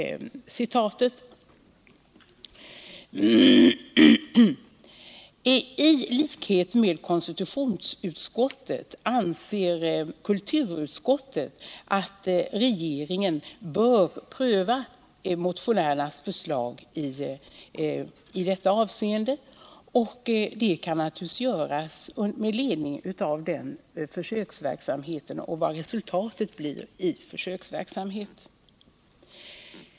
Tlikhet med konstitutionsutskottet anser kulturutskottet att regeringen bör pröva motionärernas förslag i detta avseende. Det kan göras med ledning av resultatet av försöksverksamheten.